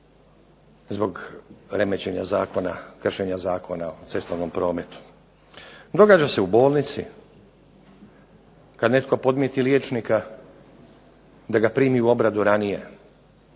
kršenja Zakona o cestovnom prometu, događa se u bolnici kad netko podmiti liječnika da ga primi u obradu ranije